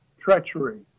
treachery